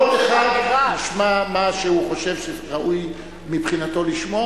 כל אחד ישמע מה שהוא חושב שראוי מבחינתו לשמוע.